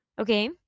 okay